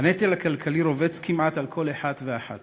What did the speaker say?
הנטל הכלכלי רובץ כמעט על כל אחת ואחד